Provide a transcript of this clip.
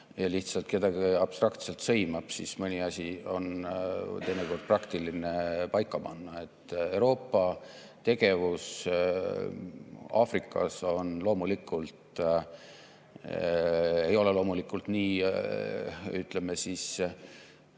ja lihtsalt kedagi abstraktselt sõimab, siis mõni asi on teinekord praktiline paika panna. Euroopa tegevus Aafrikas ei ole loomulikult nii, ütleme,